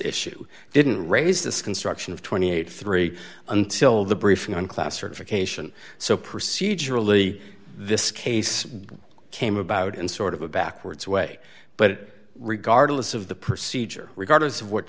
issue didn't raise this construction of two hundred and eighty three until the briefing on class certification so procedurally this case came about in sort of a backwards way but regardless of the procedure regardless of what